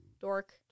dork